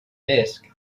desk